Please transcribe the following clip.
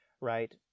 Right